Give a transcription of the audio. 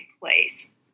place